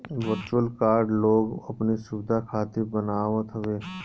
virtual card लोग अपनी सुविधा खातिर बनवावत हवे